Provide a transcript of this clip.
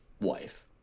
wife